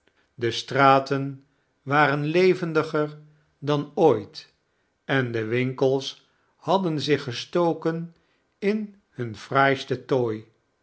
de straten waren levendiger dan ooit en de winkels hadden zich gestoken in bum fraaistein tooi